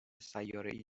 سیارهای